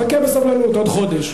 חכה בסבלנות עוד חודש.